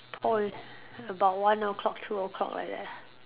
point about one O clock two O clock like that lah